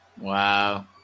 wow